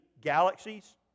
galaxies